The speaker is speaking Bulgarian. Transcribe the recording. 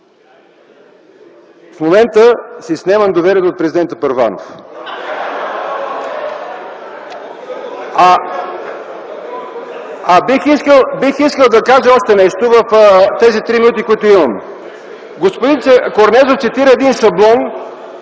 В момента си снемам доверието от президента Първанов. (Смях и реплики.) Бих искал да кажа още нещо в тези три минути, които имам. Господин Корнезов цитира един шаблон